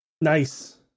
Nice